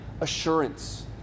assurance